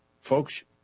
Folks